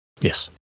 Yes